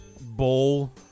bowl